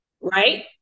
Right